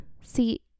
See